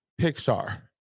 Pixar